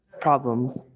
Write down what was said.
problems